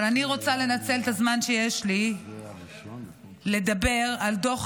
אבל אני רוצה לנצל את הזמן שיש לי לדבר על דוח